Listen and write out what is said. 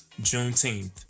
Juneteenth